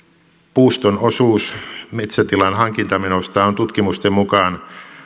puuston osuus metsätilan hankintamenosta on tutkimusten mukaan